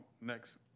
next